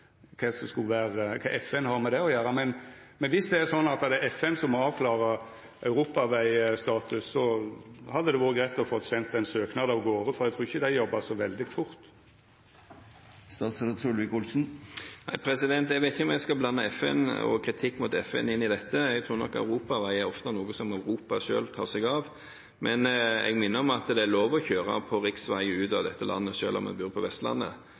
kva FN har med det å gjera, men dersom det er sånn at det er FN som må avklara europavegstatusen, hadde det vore greitt å få sendt ein søknad av garde, for eg trur ikkje dei jobbar så veldig fort. Jeg vet ikke om jeg skal blande FN og kritikk mot FN inn i dette. Jeg tror nok europaveier ofte er noe Europa selv tar seg av. Men jeg minner om at det er lov å kjøre på riksveier ut av dette landet selv om man bor på Vestlandet.